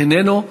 איננו.